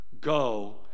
Go